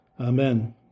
amen